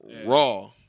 raw